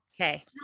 Okay